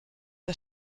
der